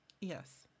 Yes